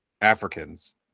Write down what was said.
Africans